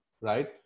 right